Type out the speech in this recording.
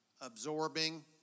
absorbing